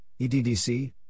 EDDC